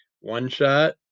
one-shot